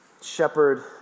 Shepherd